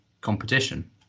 competition